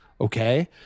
okay